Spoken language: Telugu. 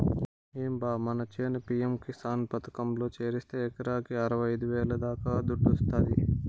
ఏం బా మన చేను పి.యం కిసాన్ పథకంలో చేరిస్తే ఎకరాకి అరవైఐదు వేల దాకా దుడ్డొస్తాది